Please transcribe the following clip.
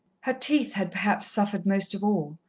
her teeth had, perhaps, suffered most of all.